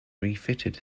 refitted